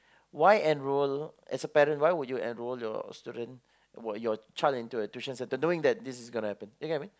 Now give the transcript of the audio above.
why enrol as a parent why would you enrol your student uh your child into a tuition centre knowing that this is gonna happen do you get what I mean